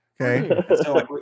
Okay